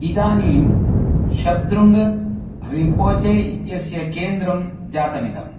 इदानीं शब्द्रुङ्गरिम्पोचे इत्यस्य केन्द्रं जातमिदम्